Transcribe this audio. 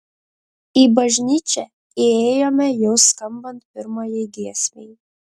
į bažnyčią įėjome jau skambant pirmajai giesmei